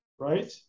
right